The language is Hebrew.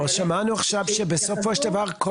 אבל שמענו עכשיו שבסופו של דבר,